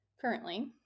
currently